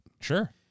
Sure